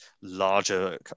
larger